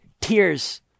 tears